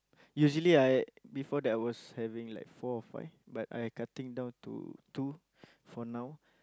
usually I before that I was having like four or five but I cutting down to two for now